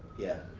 yeah.